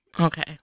Okay